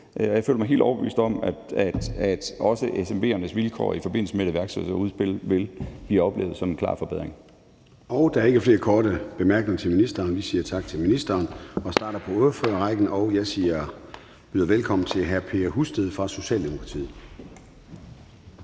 jeg føler mig helt overbevist om, at også SMV'ernes vilkår i forbindelse med et iværksætterudspil vil blive oplevet som en klar forbedring. Kl. 16:36 Formanden (Søren Gade): Der er ikke flere korte bemærkninger til ministeren, så vi siger tak til ministeren og starter på ordførerrækken. Og jeg byder velkommen til hr. Per Husted fra Socialdemokratiet.